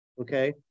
Okay